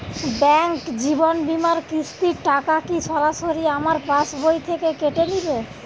Bank জীবন বিমার কিস্তির টাকা কি সরাসরি আমার পাশ বই থেকে কেটে নিবে?